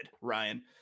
Ryan